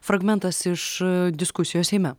fragmentas iš diskusijos seime